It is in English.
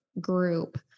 group